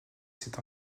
cette